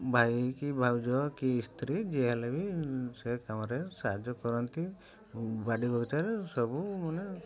ଭାଇ କି ଭାଉଜ କି ସ୍ତ୍ରୀ ଯିଏ ହେଲେ ବି ସେ କାମରେ ସାହାଯ୍ୟ କରନ୍ତି ବାଡ଼ି ବଗିଚାରେ ସବୁ ମାନେ